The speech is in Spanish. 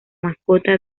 mascota